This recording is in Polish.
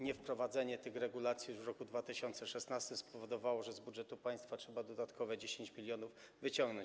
Niewprowadzenie tych regulacji w roku 2016 spowodowało, że z budżetu państwa trzeba dodatkowe 10 mln wyciągnąć.